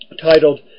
titled